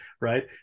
Right